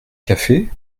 café